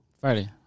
Friday